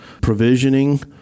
provisioning